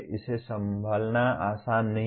इसे संभालना आसान नहीं है